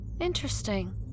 Interesting